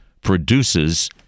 produces